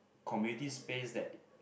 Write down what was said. community space that